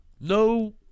no